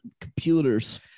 computers